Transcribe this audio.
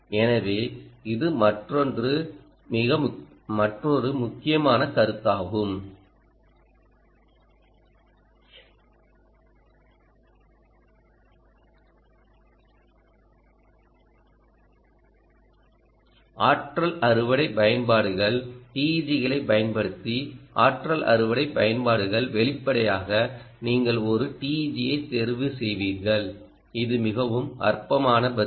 எனவே இது மற்றொரு முக்கியமான கருத்தாகும் ஆற்றல் அறுவடை பயன்பாடுகள் TEG களைப் பயன்படுத்தி ஆற்றல் அறுவடை பயன்பாடுகள் வெளிப்படையாக நீங்கள் ஒரு TEG ஐத் தெரிவுசெய்வீர்கள் இது மிகவும் அற்பமான பதில்